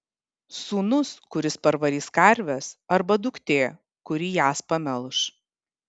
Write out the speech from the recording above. sūnus kuris parvarys karves arba duktė kuri jas pamelš